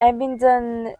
abingdon